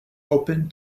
open